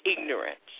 ignorance